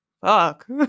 Fuck